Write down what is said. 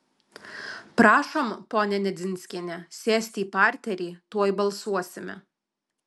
prašom ponia nedzinskiene sėsti į parterį tuoj balsuosime